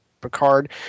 Picard